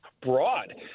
broad